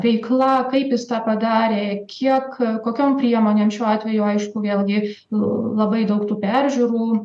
veikla kaip jis tą padarė kiek kokiom priemonėm šiuo atveju aišku vėlgi labai daug tų peržiūrų